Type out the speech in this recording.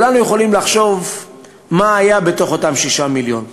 כולנו יכולים לחשוב מה היה בתוך אותם שישה מיליון,